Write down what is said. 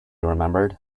remembered